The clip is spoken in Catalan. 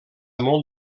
molt